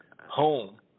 home